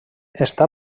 està